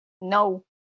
no